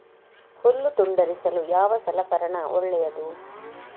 ಹುಲ್ಲು ತುಂಡರಿಸಲು ಯಾವ ಸಲಕರಣ ಒಳ್ಳೆಯದು?